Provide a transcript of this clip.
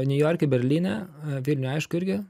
niujorke berlyne vilniuje aišku irgi